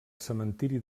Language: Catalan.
cementiri